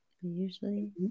Usually